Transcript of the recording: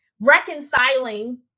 reconciling